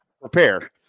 prepare